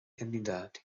candidati